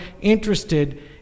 interested